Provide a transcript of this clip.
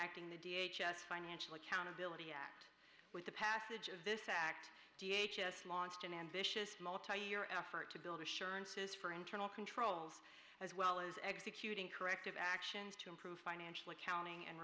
acting the d h s s financial accountability act with the passage of this act launched an ambitious multi year effort to build assurances for internal controls as well as executing corrective actions to improve financial accounting and